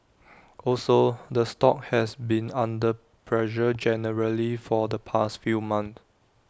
also the stock has been under pressure generally for the past few months